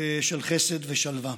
של חסד ושלווה.